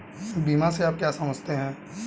बीमा से आप क्या समझते हैं?